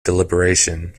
deliberation